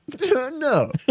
No